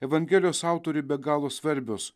evangelijos autoriui be galo svarbios